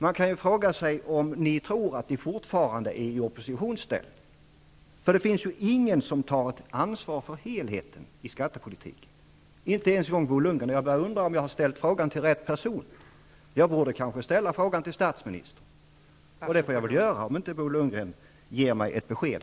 Man kan ju fråga sig om ni fortfarande tror att ni är i oppositionsställning, eftersom det inte finns någon som tar ett ansvar för helheten i skattepolitiken. Inte ens Bo Lundgren gör det, och jag börjar därför undra om jag har ställt frågan till rätt person. Jag borde kanske ställa frågan till statsministern, och det får jag väl lov att göra om inte Bo Lundgren ger mig ett besked.